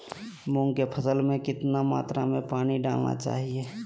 मूंग की फसल में कितना मात्रा में पानी डालना चाहिए?